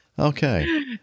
Okay